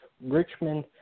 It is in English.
Richmond